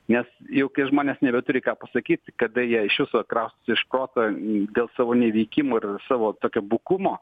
nes jau kai žmonės nebeturi ką pasakyt kada jie iš viso kraustosi iš koto dėl savo neveikimo ir savo tokio bukumo